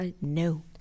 No